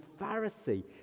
Pharisee